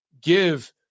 give